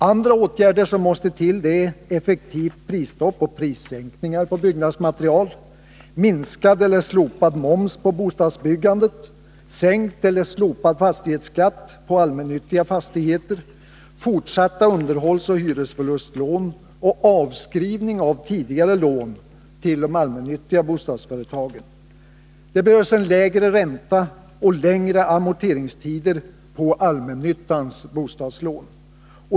Andra åtgärder som måste till är effektivt prisstopp och prissänkningar på byggnadsmaterial, minskad eller slopad moms på bostadsbyggandet, sänkt eller slopad fastighetsskatt på allmännyttiga fastigheter, fortsatta underhållsoch hyresförlustlån och avskrivning av tidigare lån till allmännyttan, lägre ränta och längre amorteringstider på allmännyttans bostadslån.